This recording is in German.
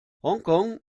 hongkong